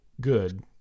good